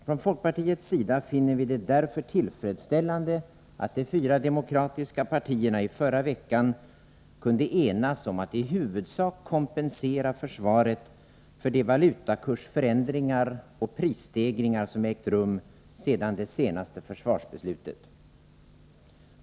Från folkpartiets sida finner vi det därför tillfredsställande att de fyra demokratiska partierna i förra veckan kunde enas om att i huvudsak kompensera försvaret för de valutakursförändringar och prisstegringar som ägt rum sedan det senaste försvarsbeslutet.